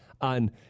on